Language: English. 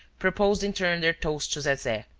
proposed in turn their toast to zeze.